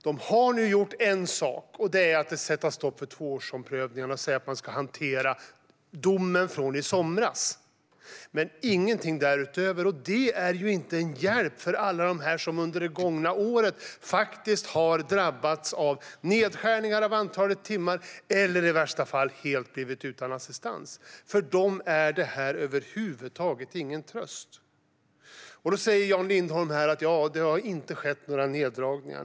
De har nu satt stopp för tvåårsomprövningarna och sagt att man ska hantera domen från i somras. Men de har inte gjort någonting därutöver. Och det är inte till någon hjälp för alla dem som under det gångna året har drabbats av nedskärningar av antalet timmar eller i värsta fall blivit helt utan assistans. För dem är det här ingen tröst över huvud taget. Jan Lindholm säger att det inte har skett några neddragningar.